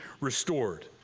restored